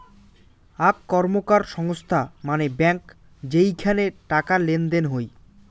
আক র্কমকার সংস্থা মানে ব্যাঙ্ক যেইখানে টাকা লেনদেন হই